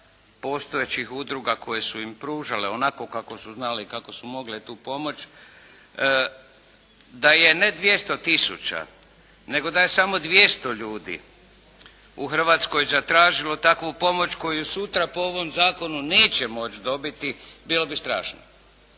postojećih udruga koje su im pružale onako kako su znale i kako su mogle tu pomoć. Da je ne 200 tisuća nego da je samo 200 ljudi u Hrvatskoj zatražilo takvu pomoć koju sutra po ovom zakonu neće moći dobiti, bilo bi strašno.